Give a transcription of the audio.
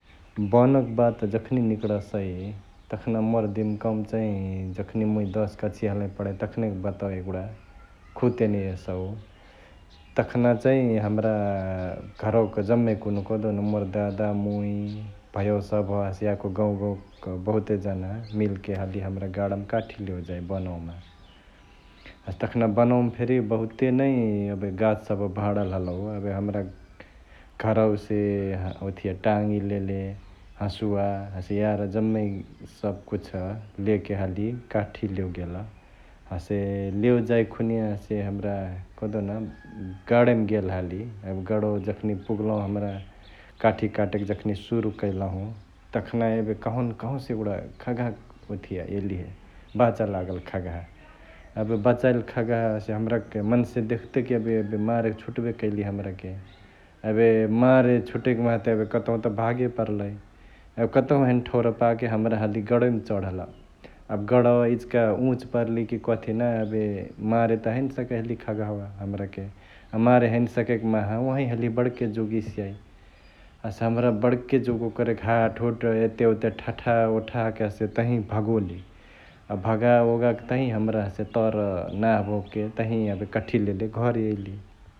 बनक बात जखनी निकडसै तखना मोर दिमकवा चैं जखनी मुइ दस कक्ष्या हलही पढै तखनैक बतवा एगुडा खु तेने एसौ । तखना चैं हमरा घरवाक जम्मे कुन्हु कहदेउन मोर दादा, मुइ, भयवा सभ हसे याको गौंवा गौंवाक बहुते जाना मिल्के हाली हमरा गाणामा काठी लेवे जाई बनवामा । हसे तखना बनवामा फेरी बहुते नै एबे गाछ सभ भहणल हलौ एबे हमरा घरवासे उथिया टाङी लेले हसुवा हसे यारा जम्मे कुछ लेके हाली काठी लेओ गेल । हसे लेओ जैइक खुनिया हसे हमरा कहदेउन गाणैमा गेल हाली एबे गणवा जखनी पुग्लहु हमरा काठी कटेके जखनी सुरु करलहु तखना एबे कहन कहवासे एगुडा खगहा ओथिया एलिहे बचा लागल खगहा । एबे बचाइली खगहा हसे हमरके मन्से देख्तेक एबे मारे छुट्बे काईलीहे । एबे मारे छुटैक माहा त एबे कतहु त भागे परलई एबे कतहु हैने ठौरा पाके हमरा हाली गणवै मा चढल्, एबे गडवा इचिका उंच परलिकी कथी ना एबे मारे त हैने सकै हलिहे खगहावा हमराके अ मारे हैने सकैक माहा ओहई हलिहे बड्के जुग इसियाइ । हसे हमरा बड्के जुग ओकेरेके हाट हुट एते ओते ठठा ओठाके हसे तहिया भगोलि, आ भगा ओगा के तहिं हमरा तर नाभ ओभ के तही एबे कठिया लेले यैली ।